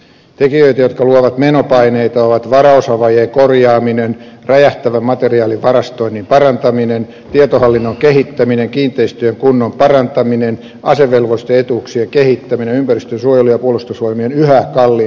tekijöitä jotka luovat menopaineita ovat varaosavajeen korjaaminen räjähtävän materiaalin varastoinnin parantaminen tietohallinnon kehittäminen kiinteistöjen kunnon parantaminen asevelvollisten etuuksien kehittäminen ympäristönsuojelu ja puolustusvoimien yhä kalliimpi henkilöstörakenne